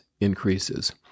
increases